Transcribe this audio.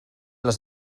les